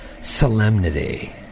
solemnity